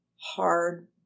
hard